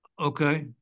Okay